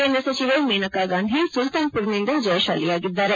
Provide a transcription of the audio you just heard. ಕೇಂದ್ರ ಸಚಿವೆ ಮೇನಕಾಗಾಂಧಿ ಸುಲ್ತಾನ್ಮರ್ನಿಂದ ಜಯಶಾಲಿಯಾಗಿದ್ದಾರೆ